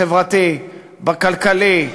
בחברתי, בכלכלי,